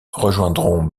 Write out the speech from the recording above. rejoindront